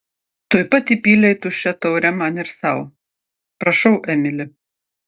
tuoj pat įpylė į tuščią taurę man ir sau prašau emili